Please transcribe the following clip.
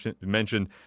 mentioned